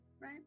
right